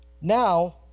Now